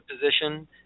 position